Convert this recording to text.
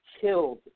killed